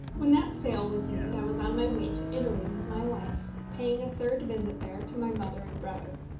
when that sale was made i was on my way to italy with my wife, paying a third visit there to my mother and brother.